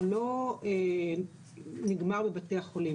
הוא לא נגמר בבתי החולים,